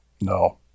No